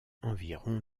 environ